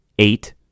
Eight